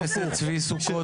זו הבעיה.